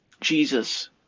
Jesus